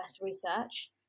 research